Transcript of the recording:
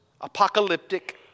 apocalyptic